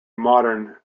modern